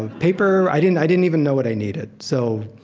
and paper? i didn't i didn't even know what i needed. so,